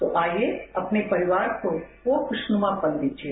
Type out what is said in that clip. तो आईए अपने परिवार को और खुशनुमां पल दीजिए